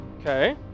Okay